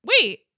Wait